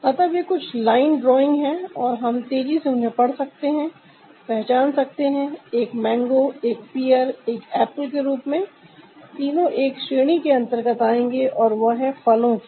अतः वे कुछ लाइन ड्रॉइंग है और हम तेजी से उन्हें पढ़ सकते हैं पहचान सकते हैं एक मैंगो एक पियर एक एप्पल के रूप में तीनों एक श्रेणी के अंतर्गत आएंगे और वह है फलों की